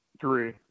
three